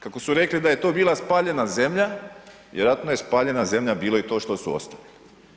Kako su rekli da je to bila spaljena zemlja, vjerojatno je spaljena zemlja bilo i to što su ostavili.